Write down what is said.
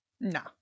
No